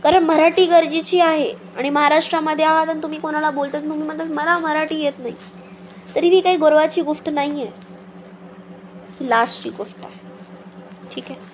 कारण मराठी गरजेची आहे आणि महाराष्ट्राध्ये आहात आणि तुम्ही कोणाला बोलतात तुम्ही म्हणतात मला मराठी येत नाही तरी ही काही गर्वाची गोष्ट नाही आहे ही लाजची गोष्ट आहे ठीक आहे